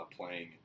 playing